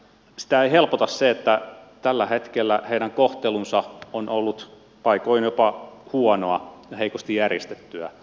sitä ei helpota se että tällä hetkellä heidän kohtelunsa on ollut paikoin jopa huonoa ja heikosti järjestettyä